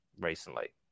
recently